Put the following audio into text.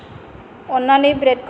अननानै ब्रेदखौ ग्लासनि फारिलाइयाव सोफा